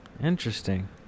Interesting